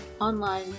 online